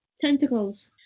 Tentacles